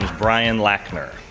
brian lackner,